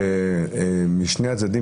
משני הצדדים